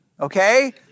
Okay